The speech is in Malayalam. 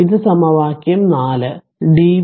ഇത് സമവാക്യം 4